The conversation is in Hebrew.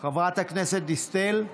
חברת הכנסת דיסטל,